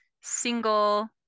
single